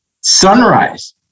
Sunrise